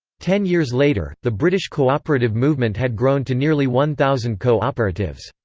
ten years later, the british co-operative movement had grown to nearly one thousand co-operatives.